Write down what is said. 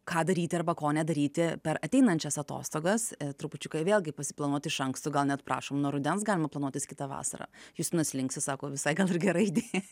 ką daryti arba ko nedaryti per ateinančias atostogas trupučiuką vėlgi pasiplanuot iš anksto gal net prašom nuo rudens galima planuotis kitą vasarą justinas linksi sako visai gal ir gera idėj